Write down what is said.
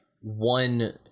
one